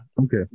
okay